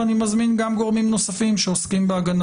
ואני מזמין גם גורמים נוספים שעוסקים בהגנה